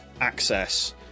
access